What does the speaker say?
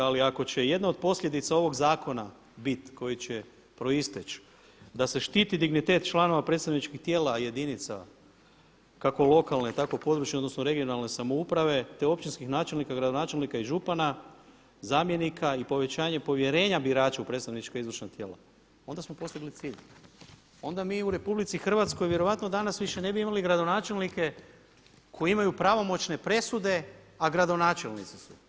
Ali ako će jedna od posljedica ovog zakona biti koji će proisteći da se štiti dignitet članova predstavničkih tijela jedinica kako lokalne, tako područne odnosno regionalne samouprave, te općinskih načelnika, gradonačelnika i župana, zamjenika i povećanje povjerenja birača u predstavničko izvršno tijelo onda smo postigli cilj, onda mi u Republici Hrvatskoj vjerojatno danas više ne bi imali gradonačelnike koji imaju pravomoćne presude, a gradonačelnici su.